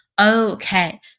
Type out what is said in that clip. Okay